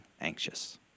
anxious